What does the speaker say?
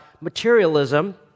materialism